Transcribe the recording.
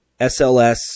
SLS